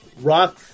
Rock